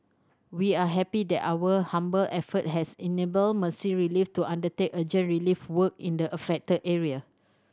we are happy that our humble effort has enabled Mercy Relief to undertake urgent relief work in the affected area